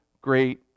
great